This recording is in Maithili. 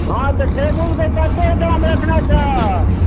हँ तऽ टेबुलके कतेक दाम रखने छहक